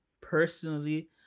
personally